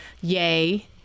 yay